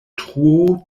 truo